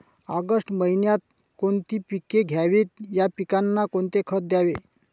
August महिन्यात कोणती पिके घ्यावीत? या पिकांना कोणते खत द्यावे?